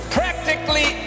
practically